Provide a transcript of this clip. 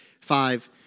five